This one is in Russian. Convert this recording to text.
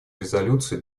резолюции